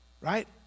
Right